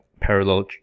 parallel